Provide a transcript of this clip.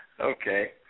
Okay